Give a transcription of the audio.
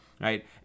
right